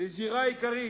לזירה עיקרית,